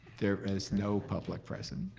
there is no public present,